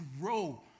grow